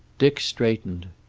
dick straightened.